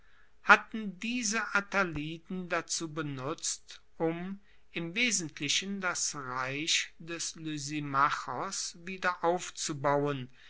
hatten diese attaliden dazu benutzt um im wesentlichen das reich des lysimachos wieder aufzubauen